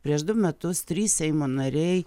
prieš du metus trys seimo nariai